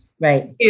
Right